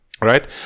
Right